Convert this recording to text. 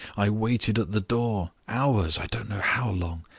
i waited at the door hours i don't know how long.